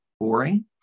boring